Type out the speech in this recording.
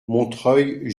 montreuil